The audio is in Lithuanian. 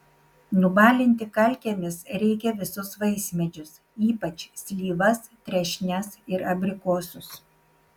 nubalinti kalkėmis reikia visus vaismedžius ypač slyvas trešnes ir abrikosus